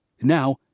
Now